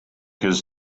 his